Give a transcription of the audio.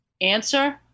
Answer